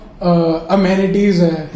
amenities